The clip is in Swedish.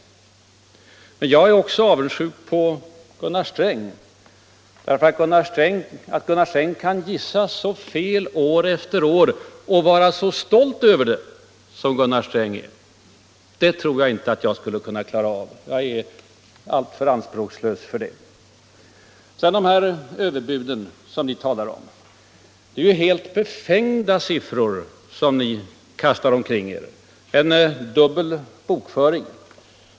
Men jag är också avundsjuk på Gunnar Sträng för att han kan gissa så fel år efter år och vara så stolt över det som han är. Det tror jag inte att jag skulle kunna klara av. Jag är alltför anspråkslös för det. Vad sedan gäller de ”överbud” som ni talar om är det helt befängda siffror ni kastar omkring er i något slags dubbel bokföring.